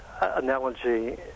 analogy